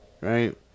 right